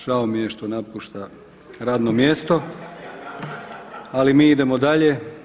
Žao mi je što napušta radno mjesto, ali mi idemo dalje.